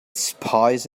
spies